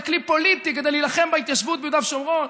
כלי פוליטי כדי להילחם בהתיישבות ביהודה ושומרון,